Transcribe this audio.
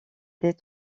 des